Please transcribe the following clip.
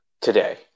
Today